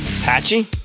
Patchy